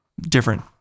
different